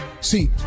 see